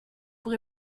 pour